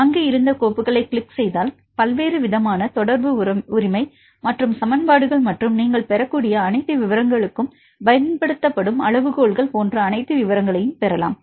அங்கு இந்த கோப்புகளைக் கிளிக் செய்தால் வெவ்வேறு தொடர்பு உரிமை மற்றும் சமன்பாடுகள் மற்றும் நீங்கள் பெறக்கூடிய அனைத்து விவரங்களுக்கும் பயன்படுத்தப்படும் அளவுகோல்கள் போன்ற அனைத்து விவரங்களையும் பெறலாம்